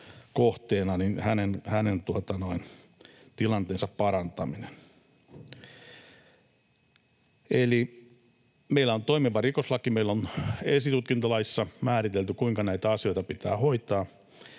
kohteena, tilanteen parantaminen. Eli meillä on toimiva rikoslaki, meillä on esitutkintalaissa määritelty, kuinka näitä asioita pitää hoitaa,